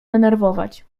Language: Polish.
denerwować